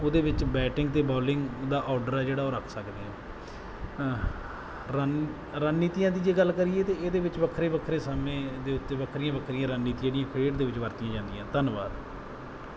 ਉਹਦੇ ਵਿੱਚ ਬੈਟਿੰਗ ਅਤੇ ਬੋਲਿੰਗ ਦਾ ਆਰਡਰ ਆ ਜਿਹੜਾ ਉਹ ਰੱਖ ਸਕਦੇ ਹਾਂ ਰਣ ਰਣਨੀਤੀਆਂ ਦੀ ਜੇ ਗੱਲ ਕਰੀਏ ਤਾਂ ਇਹਦੇ ਵਿੱਚ ਵੱਖਰੇ ਵੱਖਰੇ ਸਮੇਂ ਦੇ ਉੱਤੇ ਵੱਖਰੀਆਂ ਵੱਖਰੀਆਂ ਰਣਨੀਤੀ ਜਿਹੜੀਆਂ ਖੇਡ ਦੇ ਵਿੱਚ ਵਰਤੀਆਂ ਜਾਂਦੀਆਂ ਧੰਨਵਾਦ